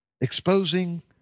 exposing